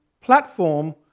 platform